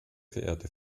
verehrte